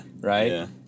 Right